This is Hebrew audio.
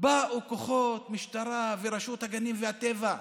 באו כוחות משטרה ורשות הטבע והגנים.